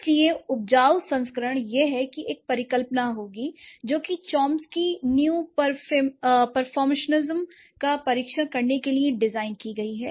इसलिए उपजाऊ संस्करण यह है कि एक परिकल्पना होगी जो कि चॉम्स्की न्यू परफॉर्मेसिज्म का परीक्षण करने के लिए डिज़ाइन की गई है